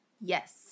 Yes